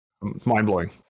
Mind-blowing